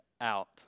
out